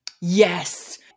Yes